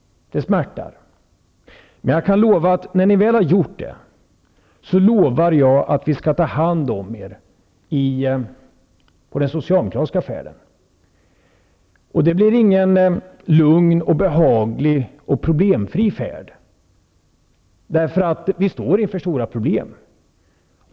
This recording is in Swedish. Det smärtar, men jag kan lova att när ni väl har gjort det, skall vi ta hand om er på den socialdemokratiska färden. Det blir ingen lugn, behaglig och problemfri färd, för vi står inför stora problem.